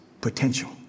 potential